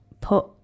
put